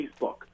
Facebook